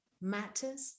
matters